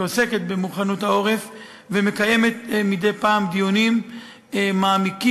שעוסקת במוכנות העורף ומקיימת מדי פעם דיונים מעמיקים